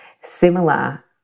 similar